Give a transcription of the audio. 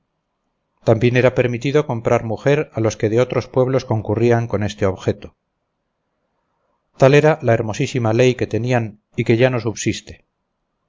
también era permitido comprar mujer a los que de otros pueblos concurrían con este objeto tal era la hermosísima ley que tenían y que ya no subsiste